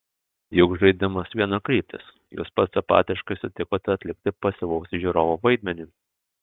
juk žaidimas vienakryptis jūs pats apatiškai sutikote atlikti pasyvaus žiūrovo vaidmenį